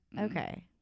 Okay